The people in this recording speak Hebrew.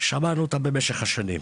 שמענו אותם במשך השנים.